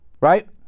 right